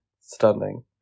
Stunning